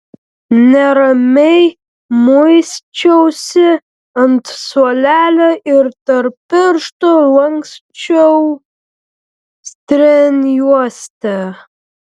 neramiai muisčiausi ant suolelio ir tarp pirštų lanksčiau strėnjuostę